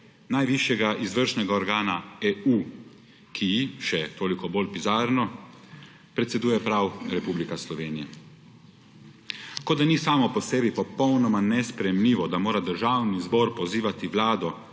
najvišjega izvršnega organa EU, ki ji, še toliko bolj bizarno, predseduje prav Republika Slovenija. Kot da ni samo po sebi popolnoma nesprejemljivo, da mora Državni zbor pozivati vlado,